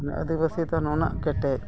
ᱟᱹᱫᱤᱵᱟᱹᱥᱤ ᱫᱚ ᱱᱩᱱᱟᱹᱜ ᱠᱮᱴᱮᱡ